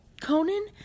Conan